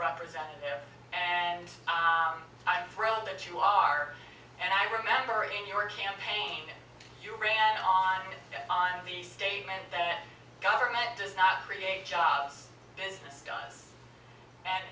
representative and i'm thrilled that you are and i remember in your campaign you ran on the statement that government does not create jobs business